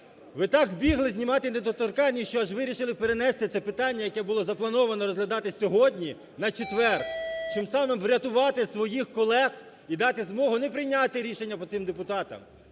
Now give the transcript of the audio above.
Ви так бігли знімати недоторканність, що аж вирішили перенести це питання, яке було заплановано розглядати сьогодні, на четвер, чим самим врятувати своїх колег і дати змогу не прийняти рішення по цим депутатам,